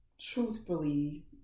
Truthfully